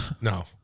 No